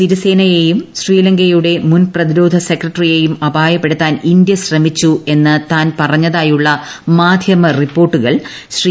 സിരിസേനയേയും ശ്രീലങ്കയുടെ മുൻ പ്രതിരോധ സെക്രട്ടറിയേയും അപായ്പ്പെടുത്താൻ ഇന്ത്യ ശ്രമിച്ചു എന്ന് താൻ പറഞ്ഞതായുള്ള മാധ്യമ റിപ്പോർട്ടുകൾ ശ്രീ